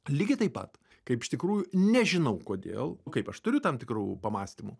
lygiai taip pat kaip iš tikrųjų nežinau kodėl kaip aš turiu tam tikrų pamąstymų